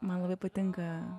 man labai patinka